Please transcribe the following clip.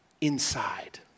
inside